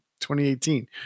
2018